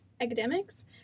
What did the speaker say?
academics